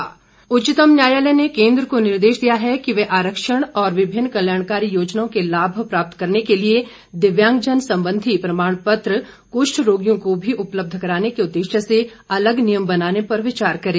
उच्चतम न्यायालय उच्चतम न्यायालय ने केन्द्र को निर्देश दिया है कि वह आरक्षण और विभिन्न कल्याणकारी योजनाओं के लाभ प्राप्त करने के लिए दिव्यांगजन संबंधी प्रमाण पत्र कुष्ठ रोगियों को भी उपलब्ध कराने के उद्देश्य से अलग नियम बनाने पर विचार करे